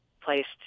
placed